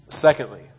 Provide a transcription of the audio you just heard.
Secondly